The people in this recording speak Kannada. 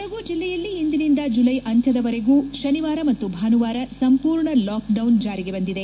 ಕೊಡಗು ಜಲ್ಲೆಯಲ್ಲಿ ಇಂದಿನಿಂದ ದುಲೈ ಅಂತ್ಯದವರೆಗೂ ಶನಿವಾರ ಮತ್ತು ಭಾನುವಾರ ಸಂಪೂರ್ಣ ಲಾಕ್ ಡೌನ್ ಜಾರಿಗೆ ಬಂದಿದೆ